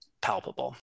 palpable